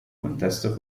contesto